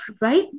right